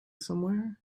somewhere